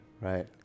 Right